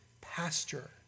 pasture